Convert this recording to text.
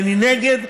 אני נגד,